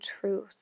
truth